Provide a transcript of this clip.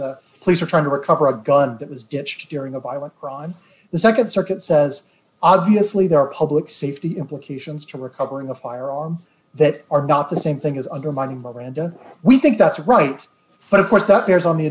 the police are trying to recover a gun that was ditched during a violent crime the nd circuit says obviously there are public safety implications to recovering a firearm that are not the same thing as undermining the verandah we think that's right but of course that bears on the